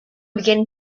beginning